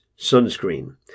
sunscreen